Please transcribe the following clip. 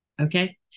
Okay